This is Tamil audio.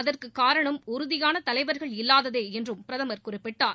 அதற்கு காரணம் உறுதியான தலைவர்கள் இல்லாததே என்றும் பிரதமர் குறிப்பிட்டார்